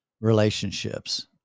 relationships